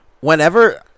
whenever